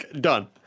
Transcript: done